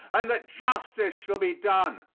and that justice shall be done.